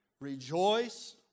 rejoice